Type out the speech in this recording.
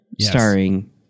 starring